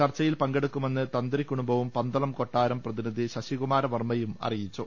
ചർച്ചയിൽ പങ്കെടുക്കുമെന്ന് തന്ത്രി കുടുംബവും പന്തളം കൊട്ടാരം പ്രതിനിധി ശശികുമാര വർമ്മയും അറിയിച്ചു